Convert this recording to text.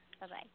bye-bye